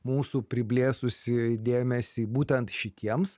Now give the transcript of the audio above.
mūsų priblėsusį dėmesį būtent šitiems